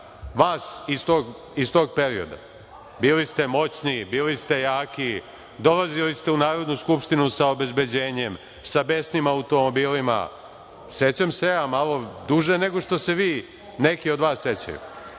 vas iz tog perioda, bili ste moćni, bili ste jaki. Dolazili ste u Narodnu skupštinu sa obezbeđenjem, sa besnim automobilima. Sećam se ja malo duže nego što se vi, neki od vas sećaju. Dakle,